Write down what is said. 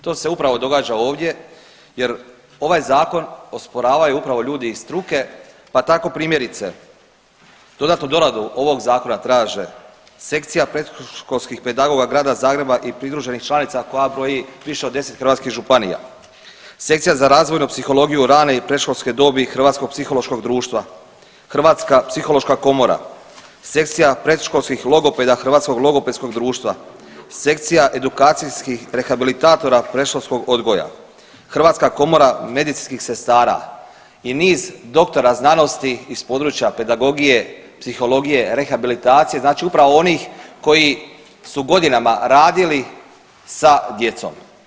To se upravo događa ovdje jer ovaj zakon osporavaju upravo ljudi iz struke pa tako primjerice dodatnu doradu ovog zakona traže Sekcija predškolskih pedagoga Grada Zagreba i pridruženih članica koja broji više od 10 hrvatskih županija, Sekcija za razvojnu psihologiju rane i predškolske dobi Hrvatskog psihološkog društva, Hrvatska psihološka komora, Sekcija predškolskih logopeda Hrvatskog logopedskog društva, Sekcija edukacijskih rehabilitatora predškolskog odgoja, Hrvatska komora medicinskih sestra i niz doktora znanosti iz područja pedagogije, psihologije, rehabilitacije, znači upravo onih koji su godinama radili sa djecom.